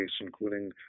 including